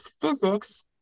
physics